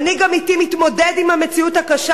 מנהיג אמיתי מתמודד עם המציאות הקשה